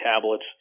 tablets